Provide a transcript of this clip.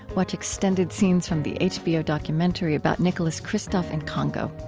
watch extended scenes from the hbo documentary about nicholas kristof in congo.